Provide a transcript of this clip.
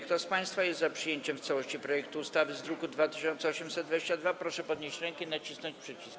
Kto z państwa posłów jest za przyjęciem w całości projektu ustawy z druku nr 2822, proszę podnieść rękę i nacisnąć przycisk.